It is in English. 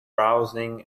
browsing